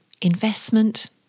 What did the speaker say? investment